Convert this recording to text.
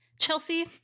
chelsea